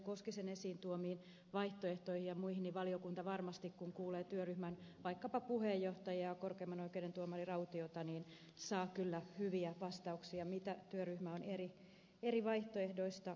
koskisen esiin tuomiin vaihtoehtoihin ja muihin valiokunta varmasti kun kuulee vaikkapa työryhmän puheenjohtajaa korkeimman oikeuden tuomari rautiota saa kyllä hyviä vastauksia siitä mitä työryhmä on eri vaihtoehdoista pohtinut